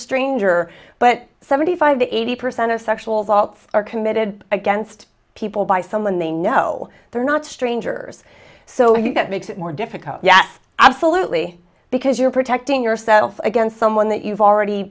stranger but seventy five eighty percent of sexual thoughts are committed against people by someone they know they're not strangers so that makes it more difficult yes absolutely because you're protecting yourself against someone that you've already